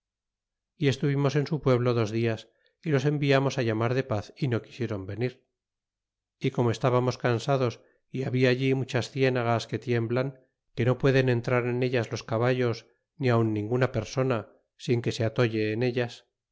y estuvimos en su pueblo dos dias y los enviamos llamar de paz y no quisiéron venir y como estábamos cansados y habia allí muchas cienagas que tiemblan que no pueden entrar en ellas los caballos ni aun ninguna persona sin que se atolle en ellas